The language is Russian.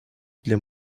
для